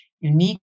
unique